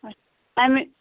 اَچھا تمہِ